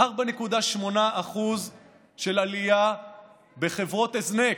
4.8% עלייה בחברות הזנק.